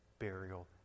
burial